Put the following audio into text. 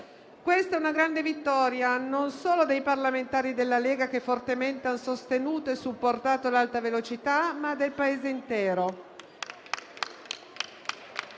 Questa è una grande vittoria non solo dei parlamentari della Lega, che fortemente hanno sostenuto e supportato l'Alta velocità, ma del Paese intero.